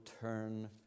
turn